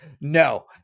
no